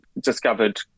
discovered